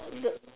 good